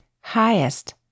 highest